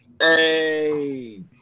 Hey